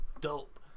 dope